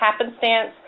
happenstance